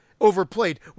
overplayed